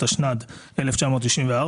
התשנ"ד-1994,